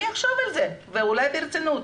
אני אחשוב על זה ואולי ברצינות,